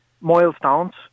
milestones